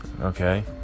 Okay